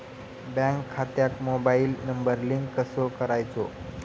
Bank खात्यात mobile number link कसो करायचो?